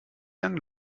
lange